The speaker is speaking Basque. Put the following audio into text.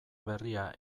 berria